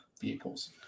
vehicles